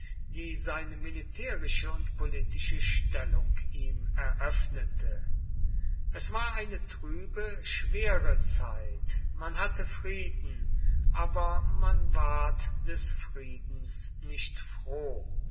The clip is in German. die seine militärische und politische stellung ihm eröffnete es war eine trübe schwere zeit man hatte frieden aber man ward des friedens nicht froh